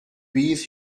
bydd